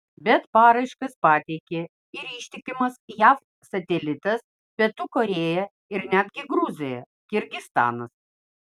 bet paraiškas pateikė ir ištikimas jav satelitas pietų korėja ir netgi gruzija kirgizstanas